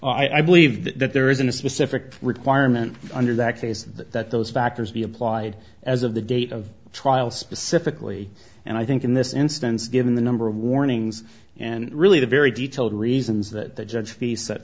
official i believe that there isn't a specific requirement under that case that those factors be applied as of the date of the trial specifically and i think in this instance given the number of warnings and really the very detailed reasons that the judge the set